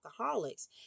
alcoholics